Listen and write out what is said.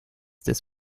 des